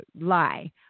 lie